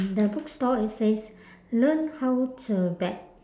the bookstore it says learn how to bet